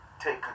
take